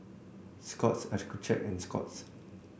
Scott's Accucheck and Scott's